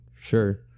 Sure